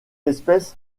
espèce